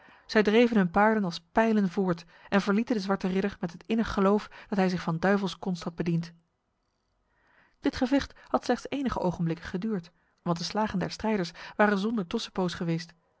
zij dreven hun paarden als pijlen voort en verlieten de zwarte ridder met het innig geloof dat hij zich van duivelskonst had bediend dit gevecht had slechts enige ogenblikken geduurd want de slagen der strijders waren zonder tussenpoos geweest